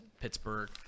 Pittsburgh